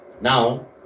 Now